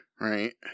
Right